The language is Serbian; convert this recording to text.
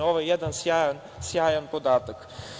Ovo je jedan sjajan podatak.